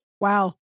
Wow